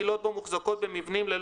מכסות לייצור ביצי מאכל לשיווק בשנת 2021),